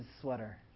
sweater